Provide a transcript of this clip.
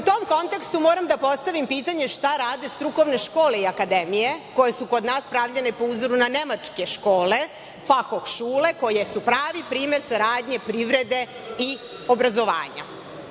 U tom kontekstu, moram da postavim pitanje – šta rade strukovne škole i akademije, koje su kod nas pravljene po uzoru na nemačke škole, koje su pravi primer saradnje privrede i obrazovanja? Ono